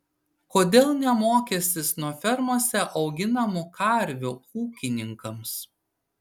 kodėl ne mokestis nuo fermose auginamų karvių ūkininkams